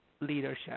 leadership